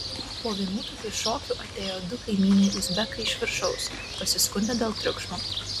po vienų tokių šokių atėjo du kaimynai uzbekai iš viršaus pasiskundė dėl triukšmo